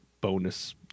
bonus